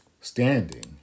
standing